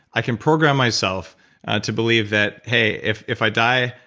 i can program myself to believe that, hey, if if i die,